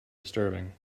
disturbing